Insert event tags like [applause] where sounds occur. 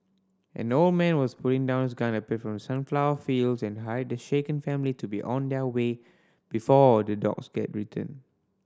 an old man was putting down his gun appeared from the sunflower fields and hurried the shaken family to be on their way before the dogs [unintelligible] return